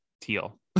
teal